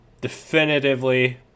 definitively